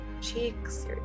cheeks